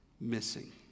missing